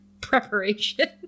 preparation